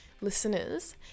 listeners